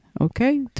Okay